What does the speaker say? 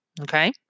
okay